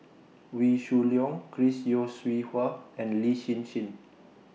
Wee Shoo Leong Chris Yeo Siew Hua and Lin Hsin Hsin